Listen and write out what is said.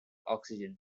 oxygen